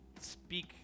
speak